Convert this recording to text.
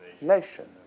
nation